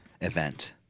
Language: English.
event